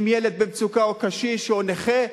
אם ילד במצוקה, או קשיש, או נכה,